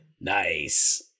nice